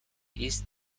east